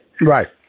Right